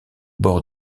bord